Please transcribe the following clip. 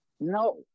No